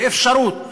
ואפשרות